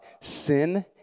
sin